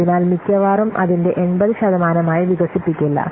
അതിനാൽ മിക്കവാറും അതിന്റെ 80 ശതമാനമായി വികസിപ്പിക്കില്ല